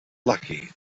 lucky